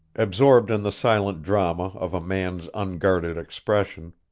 absorbed in the silent drama of a man's unguarded expression,